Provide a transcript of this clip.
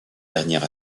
dernière